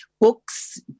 books